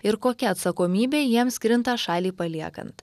ir kokia atsakomybė jiems krinta šalį paliekant